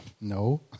no